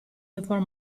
before